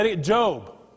Job